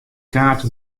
kaart